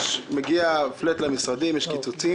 מגיע פלאט למשרדים, יש קיצוצים.